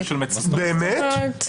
באמת?